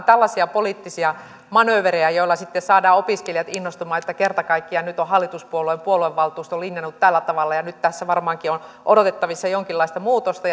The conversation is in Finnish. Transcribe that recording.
tällaisia poliittisia manööverejä joilla sitten saadaan opiskelijat innostumaan että kerta kaikkiaan nyt on hallituspuolueen puoluevaltuusto linjannut tällä tavalla ja nyt tässä varmaankin on odotettavissa jonkinlaista muutosta